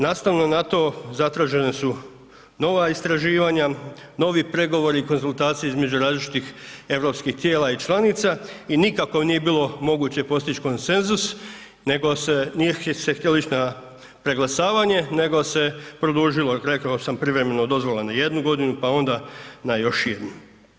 Nastavno na to zatražene su nova istraživanja, novi pregovori i konzultacije između različitih europskih tijela i članica i nikako nije bilo moguće postić konsenzus nego se, nije se htjelo ić na preglasavanje nego se produžilo, rekao sam privremeno dozvola na jednu godinu, pa onda na još jednu.